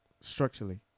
structurally